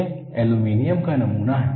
यह एल्यूमीनियम का नमूना है